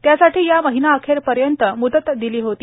त्यासाठी या महिनाअखेरपर्यंत मुदत दिली होती